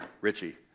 Richie